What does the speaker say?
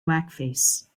blackface